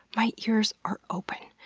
my ears are open!